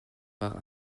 par